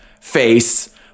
face